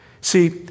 See